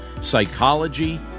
psychology